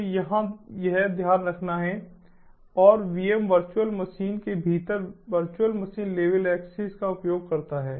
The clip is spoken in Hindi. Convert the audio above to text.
तो यह ध्यान रखना है और VM वर्चुअल मशीन के भीतर वर्चुअल मशीन लेवल एक्सेस का उपयोग करता है